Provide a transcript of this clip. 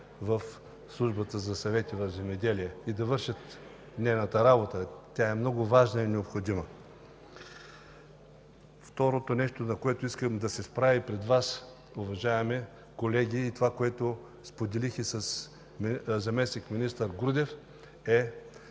Ще могат да вършат нейната работа, която е много важна и необходима. Второто нещо, с което искам да застана пред Вас, уважаеми колеги, и което споделих със заместник-министър Грудев, е,